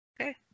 okay